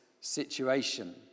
situation